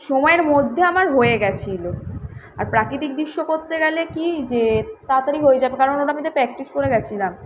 সময়ের মধ্যে আমার হয়েগিয়েছিলো আর প্রাকৃতিক দৃশ্য করতে গেলে কি যে তাড়াতাড়ি হয়ে যাবে কারণ ওটা আমি তো প্র্যাক্টিস করে গিয়েছিলাম